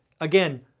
Again